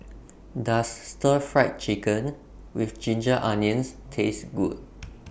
Does Stir Fried Chicken with Ginger Onions Taste Good